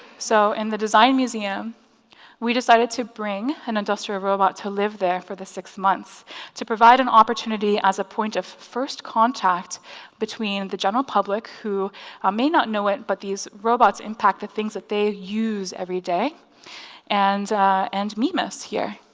so in the design museum we decided to bring an industrial robot to live there for the six months to provide an opportunity as a point of first contact between the general public who may not know it but these robots impact the things that they use every day and and mimus here.